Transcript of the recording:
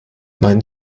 mein